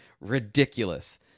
ridiculous